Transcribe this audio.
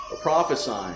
prophesying